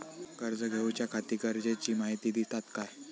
कर्ज घेऊच्याखाती गरजेची माहिती दितात काय?